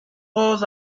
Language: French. roses